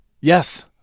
Yes